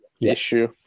issue